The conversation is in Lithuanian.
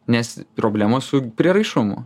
nes problema su prieraišumu